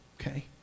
Okay